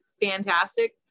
fantastic